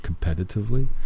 competitively